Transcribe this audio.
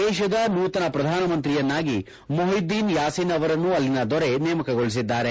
ದೇಶದ ನೂತನ ಪ್ರಧಾನಮಂತ್ರಿಯನ್ನಾಗಿ ಮೂಹಿದ್ದೀನ್ ಯಾಸೀನ್ ಅವರನ್ನು ಅಲ್ಲಿನ ದೊರೆ ನೇಮಕಗೊಳಿಸಿದ್ದಾರೆ